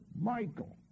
Michael